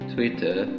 Twitter